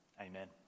Amen